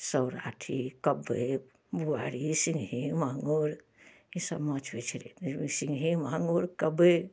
सौराठी कबै बोआरी सिंघी मांगुर ईसब माँछ होइ छलै ताहिमे सिंघी मांगुर कबै